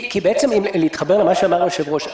אם להתחבר למה שאמר היושב-ראש,